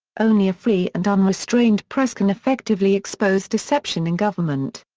only a free and unrestrained press can effectively expose deception in government.